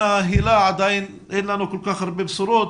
היל"ה עדיין אין לנו כל כך הרבה בשורות,